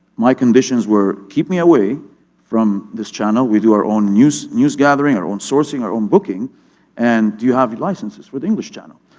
my conditions were, keep me away from this channel. we do our own news news gathering, our own-sourcing, our own booking and do you have the licenses with english channel.